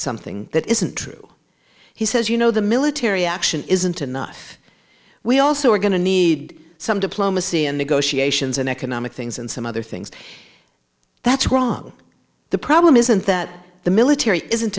something that isn't true he says you know the military action isn't enough we also are going to need some diplomacy and negotiations and economic things and some other things that's wrong the problem isn't that the military isn't